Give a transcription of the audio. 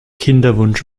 kinderwunsch